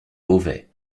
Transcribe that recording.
beauvais